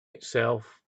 itself